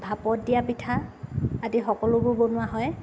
ভাপত দিয়া পিঠা আদি সকলোবোৰ বনোৱা হয়